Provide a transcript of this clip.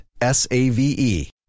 S-A-V-E